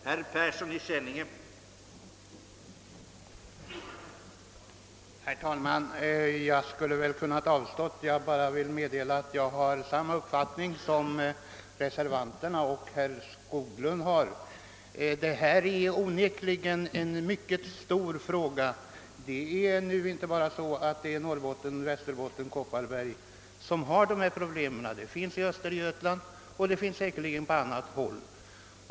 Herr talman! Jag hade väl kunnat avstå från att begära ordet, men jag vill meddela, att jag har samma uppfattning i detta ärende som reservanterna och herr Skoglund. Detta är onekligen en mycket stor fråga, och de problem det här gäller finns inte bara i Norrbottens, Västerbottens och Kopparbergs län utan de finns också i Östergötlands län och säkerligen på annat håll.